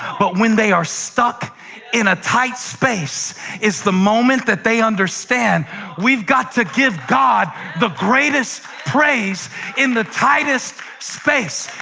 but when they are stuck in a tight space is the moment they understand we've got to give god the greatest praise in the tightest space.